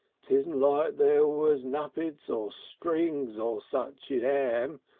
tisn't like there was nubbicks or strings or such in am.